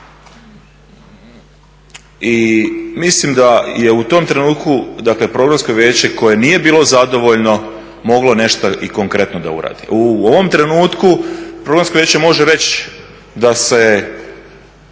i mislim da je u tom trenutku Programsko vijeće koje nije bilo zadovoljno moglo nešto konkretno uraditi. U ovom trenutku Programsko vijeće HRT-a može reći da